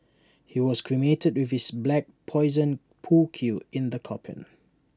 he was cremated with his black Poison pool cue in the coffin